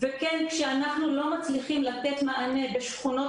כשאנחנו לא מצליחים לתת מענה בשכונות